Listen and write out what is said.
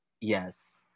Yes